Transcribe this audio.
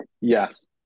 yes